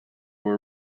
were